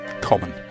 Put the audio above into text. common